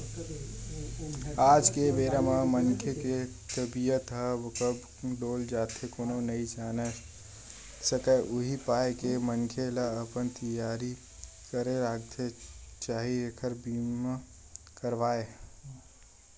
आज के बेरा म मनखे के तबीयत ह कब डोल जावय कोनो नइ केहे सकय उही पाय के मनखे ल अपन तियारी करके रखना चाही हेल्थ बीमा करवाके